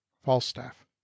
falstaff